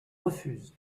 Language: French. refuse